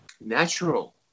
natural